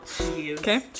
Okay